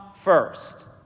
first